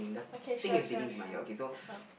okay sure sure sure sure